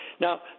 Now